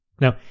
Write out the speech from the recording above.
Now